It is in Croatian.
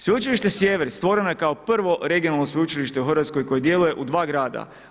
Sveučilište Sjever, stvoreno je kao prvo regionalno sveučilište u Hrvatskoj koji djeluje u 2 grada.